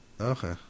Okay